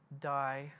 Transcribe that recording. die